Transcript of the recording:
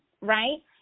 right